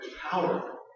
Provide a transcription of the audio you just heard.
power